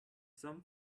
some